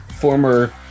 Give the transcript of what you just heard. former